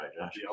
right